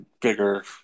bigger